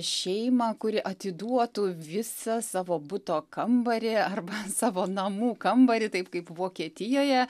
šeimą kuri atiduotų visą savo buto kambarį arba savo namų kambarį taip kaip vokietijoje